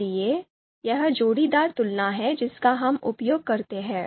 इसलिए यह जोड़ीदार तुलना है जिसका हम उपयोग करते हैं